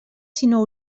sinó